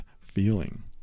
feeling